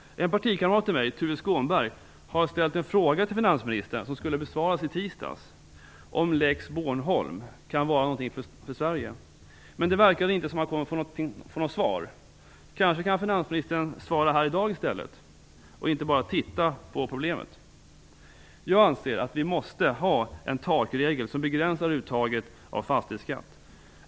En partikamrat till mig, Tuve Skånberg, har ställt en fråga till finansministern som skulle besvaras i tisdags. Frågan gällde om Lex Bornholm kan vara något för Sverige, men det verkar inte som om han kommer att få något svar. Kanske kan finansministern svara här i dag i stället och inte bara titta på problemet? Jag anser att vi måste ha en takregel som begränsar uttaget av fastighetsskatt.